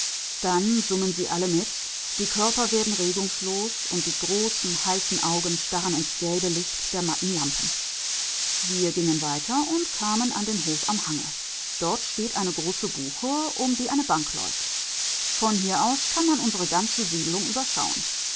dann summen sie alle mit die körper werden regungslos und die großen heißen augen starren ins gelbe licht der matten lampen wir gingen weiter und kamen an den hof am hange dort steht eine große buche um die eine bank läuft von hier aus kann man unsere ganze